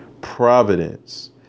providence